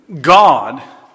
God